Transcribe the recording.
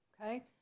okay